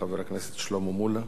חבר הכנסת שלמה מולה.